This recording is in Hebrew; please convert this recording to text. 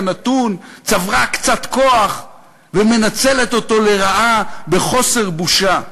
נתון צברה קצת כוח ומנצלת אותו לרעה בחוסר בושה.